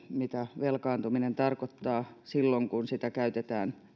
mitä velkaantuminen tarkoittaa silloin kun sitä käytetään